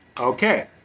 Okay